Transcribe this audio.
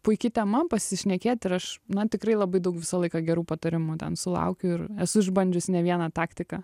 puiki tema pasišnekėt ir aš na tikrai labai daug visą laiką gerų patarimų sulaukiu ir esu išbandžiusi ne vieną taktiką